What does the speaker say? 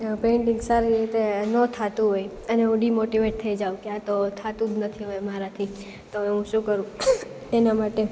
painting સારી રીતે નો થતું હોય અને હું ડીમોટીવેટ થઈ જઉં ક્યાંતો થાતું જ નથી હવે મારાથી તો હવે હું શું કરું એના માટે